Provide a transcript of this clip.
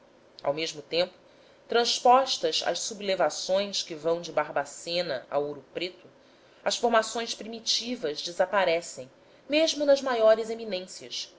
ao mesmo tempo transpostas as sublevações que vão de barbacena a ouro preto as formações primitivas desaparecem mesmo nas maiores eminências